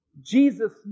Jesus